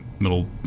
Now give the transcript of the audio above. middle